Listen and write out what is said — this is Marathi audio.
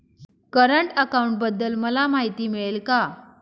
करंट अकाउंटबद्दल मला माहिती मिळेल का?